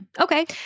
Okay